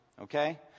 Okay